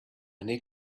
need